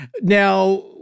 Now